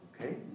okay